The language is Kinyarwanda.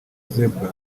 zebra